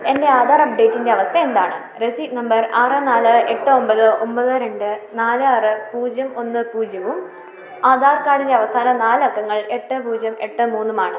എൻ്റെ ആധാർ അപ്ഡേറ്റിൻ്റെ അവസ്ഥയെന്താണ് രസീത് നമ്പർ ആറ് നാല് എട്ട് ഒമ്പത് ഒമ്പത് രണ്ട് നാല് ആറ് പൂജ്യം ഒന്ന് പൂജ്യവും ആധാർ കാർഡിൻ്റെ അവസാന നാലക്കങ്ങൾ എട്ട് പൂജ്യം എട്ട് മൂന്നുമാണ്